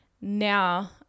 now